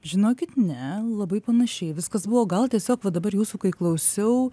žinokit ne labai panašiai viskas buvo gal tiesiog va dabar jūsų kai klausiau